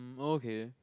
um oh okay